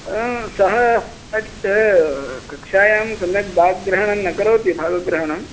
सः कदाचित् कक्ष्यायां सम्यक् भाग्रहणं न करोति भाग्रहणम्